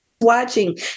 watching